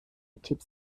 tipps